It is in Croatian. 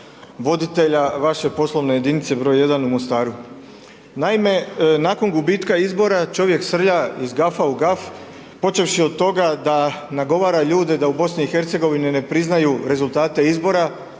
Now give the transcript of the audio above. voditelja vaše poslovne jedinice broj 1 u Mostaru. Naime, nakon gubitka izbora, čovjek srlja iz gafa u gaf počevši od toga da nagovara ljude da u BiH-u ne priznaju rezultate izbora